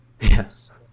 Yes